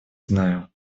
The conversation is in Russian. знаю